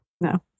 no